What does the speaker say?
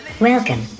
Welcome